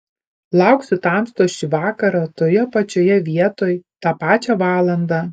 lauksiu tamstos šį vakarą toje pačioje vietoj tą pačią valandą